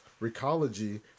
Recology